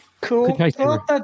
Cool